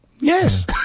yes